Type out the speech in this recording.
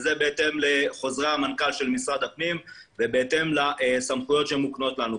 וזה בהתאם לחוזרי המנכ"ל של משרד הפנים ובהתאם לסמכויות שמוקנות לנו.